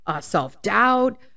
self-doubt